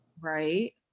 Right